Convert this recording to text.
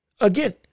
Again